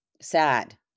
sad